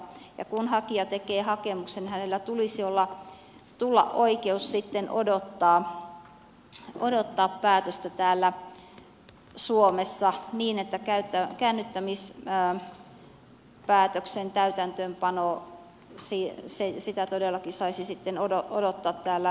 ja kun hakija tekee hakemuksen hänellä tulisi olla oikeus sitten odottaa päätöstä täällä suomessa niin että käännyttämispäätöksen täytäntöönpanoa todellakin saisi sitten odottaa täällä maassa